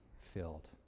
filled